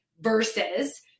versus